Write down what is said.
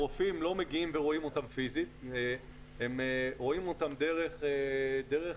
הרופאים לא מגיעים ורואים אותם פיזית אלא הם רואים אותם דרך האינטרנט